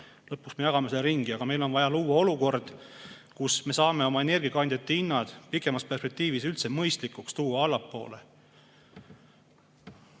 Lõpuks me jagame selle ringi, aga meil on vaja luua olukord, kus me saame oma energiakandjate hinnad pikemas perspektiivis üldse mõistlikuks, allapoole